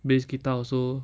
bass guitar also